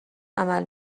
عمل